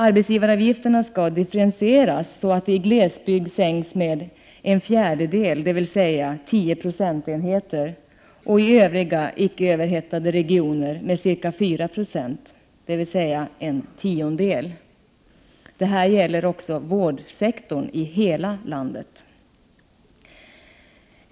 Arbetsgivaravgifterna skall differentieras, så att de i glesbygd sänks med en fjärdedel, dvs. 10 procentenheter, och i övriga icke överhettade regioner med ca 4 96, dvs. en tiondel. Det här gäller också vårdsektorn i hela landet.